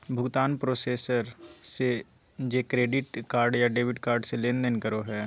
भुगतान प्रोसेसर जे credit card या डेबिट कार्ड से लेनदेन करो हइ